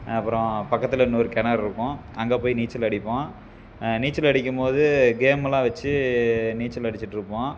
அப்புறம் பக்கத்தில் இன்னொரு கிணறு இருக்கும் அங்கே போய் நீச்சல் அடிப்போம் நீச்சல் அடிக்கும் போது கேமெல்லாம் வெச்சு நீச்சல் அடிச்சுட்ருப்போம்